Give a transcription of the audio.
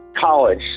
college